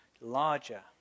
larger